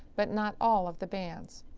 but not all of the bands.